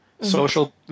social